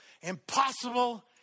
impossible